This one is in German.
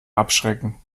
abschrecken